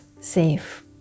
safe